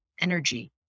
energy